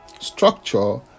structure